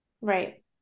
Right